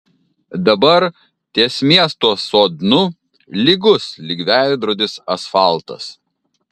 dabar ties miesto sodnu lygus lyg veidrodis asfaltas